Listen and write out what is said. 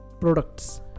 products